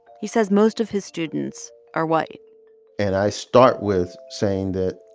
he says most of his students are white and i start with saying that,